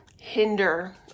hinder